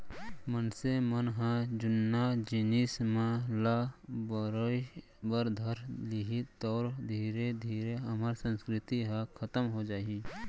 मनसे मन ह जुन्ना जिनिस मन ल बरोय बर धर लिही तौ धीरे धीरे हमर संस्कृति ह खतम हो जाही